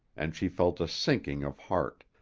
and she felt a sinking of heart,